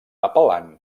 apel·lant